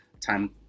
time